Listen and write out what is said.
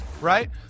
Right